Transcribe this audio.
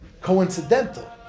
coincidental